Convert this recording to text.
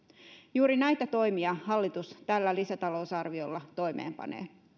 juuri näitä toimia hallitus tällä lisätalousarviolla toimeenpanee